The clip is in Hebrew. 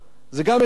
זה גם אסטרטגיה,